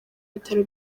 bitaro